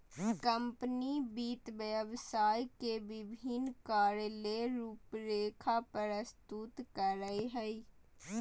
company वित्त व्यवसाय के विभिन्न कार्य ले रूपरेखा प्रस्तुत करय हइ